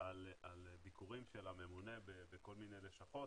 על ביקורים של הממונה בכל מיני לשכות